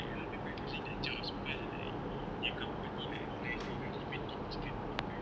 like you know people losing their jobs because like their company like realised they don't even need these kind of people